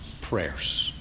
prayers